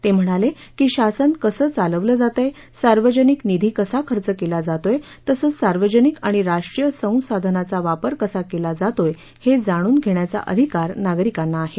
ते म्हणाले की शासन कसं चालवलं जातयं सार्वजनिक निधी कसा खर्च केला जातोयं तसंच सार्वजनिक आणि राष्ट्रीय संसाधनाचा वापर कसा केला जातोय हे जाणून घेण्याचा अधिकार लोकांना आहे